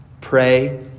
pray